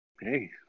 Hey